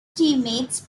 teammates